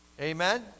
Amen